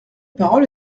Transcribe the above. parole